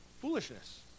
foolishness